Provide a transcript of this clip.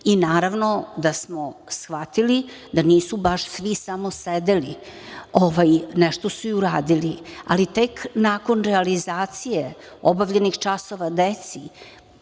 i naravno da smo shvatili da nisu baš svi samo sedeli, nešto su i uradili, ali tek nakon realizacije obavljenih časova deci,